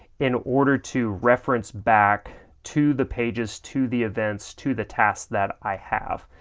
in order to reference back to the pages to the events, to the tasks that i have.